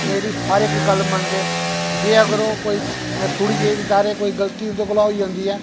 मेरी हर इक गल्ल मनदे जे अगर ओह् कोई थोह्ड़ी जेही बचैर कोई गलती उं'दे कोला होई जंदी ऐ